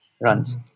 runs